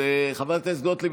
חברת הכנסת גוטליב,